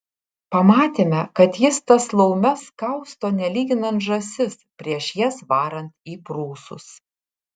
pamatėme kad jis tas laumes kausto nelyginant žąsis prieš jas varant į prūsus